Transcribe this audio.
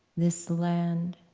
this land